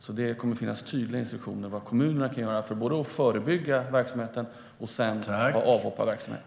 Det kommer alltså att finnas tydliga instruktioner till kommunerna både om förebyggande verksamhet och om avhopparverksamhet.